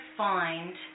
find